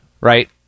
right